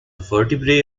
vertebrae